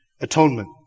atonement